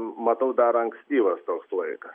matau dar ankstyvas toks laikas